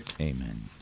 Amen